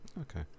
okay